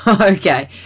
Okay